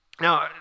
Now